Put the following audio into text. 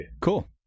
Cool